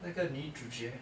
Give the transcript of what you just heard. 那个女主角